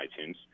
iTunes